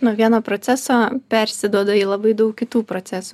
nuo vieno proceso persiduoda į labai daug kitų procesų